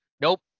Nope